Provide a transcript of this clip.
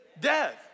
death